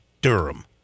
Durham